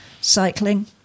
cycling